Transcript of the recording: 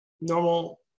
normal